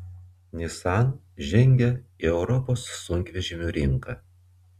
nissan žengia į europos sunkvežimių rinką